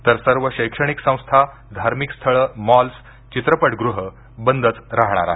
तर सर्व शैक्षणिक संस्था धार्मिक स्थळ मॉल्स चित्रपटगृह बंदच राहणार आहेत